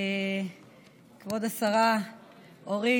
כבוד השרה אורית,